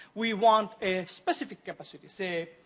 we want a specific capacity. say,